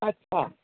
अच्छा